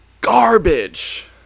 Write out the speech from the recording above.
garbage